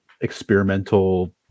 experimental